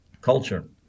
culture